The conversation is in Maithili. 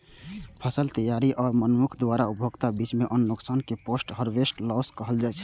फसल तैयारी आ मनुक्ख द्वारा उपभोगक बीच अन्न नुकसान कें पोस्ट हार्वेस्ट लॉस कहल जाइ छै